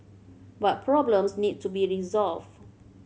but problems need to be resolved